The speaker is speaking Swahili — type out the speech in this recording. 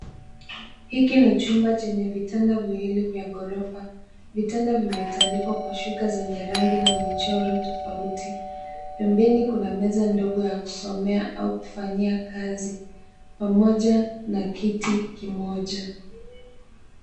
Hiki ni chumba chenye vitanda viwili vya ghorofa. Vitanda vimetandikwa kwa shuka zenye rangi na michoro tofauti. Pembeni kuna meza ndogo ya kusomea au kufanyia kazi pamoja na kiti kimoja .